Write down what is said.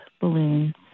balloons